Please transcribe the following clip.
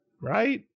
right